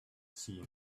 seen